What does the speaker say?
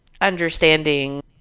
understanding